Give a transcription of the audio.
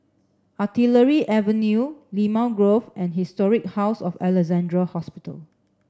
Artillery Avenue Limau Grove and Historic House of Alexandra Hospital